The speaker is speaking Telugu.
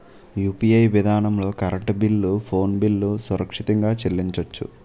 యూ.పి.ఐ విధానంలో కరెంటు బిల్లు ఫోన్ బిల్లు సురక్షితంగా చెల్లించొచ్చు